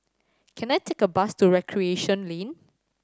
can I take a bus to Recreation Lane